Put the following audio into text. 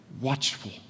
watchful